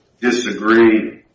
disagree